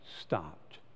stopped